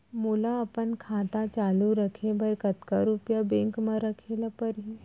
मोला अपन खाता चालू रखे बर कतका रुपिया बैंक म रखे ला परही?